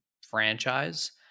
franchise